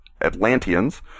Atlanteans